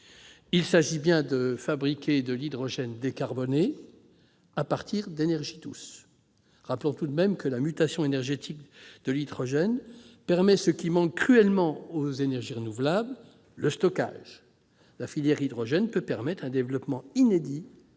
Il s'agit bien de fabriquer de l'hydrogène décarboné à partir d'énergies douces. Rappelons tout de même que la mutation énergétique de l'hydrogène apporte ce qui manque cruellement aux énergies renouvelables : des capacités de stockage. La filière hydrogène peut permettre un développement inédit